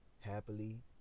happily